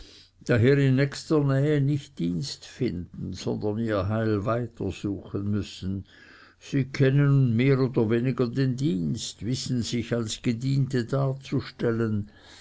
daher in nächster nähe nicht dienst finden sondern ihr heil weiter suchen müssen sie kennen mehr oder weniger den dienst wissen sich als gediente darzustellen